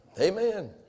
Amen